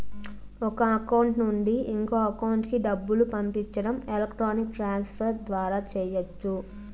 ఒక అకౌంట్ నుండి ఇంకో అకౌంట్ కి డబ్బులు పంపించడం ఎలక్ట్రానిక్ ట్రాన్స్ ఫర్ ద్వారా చెయ్యచ్చు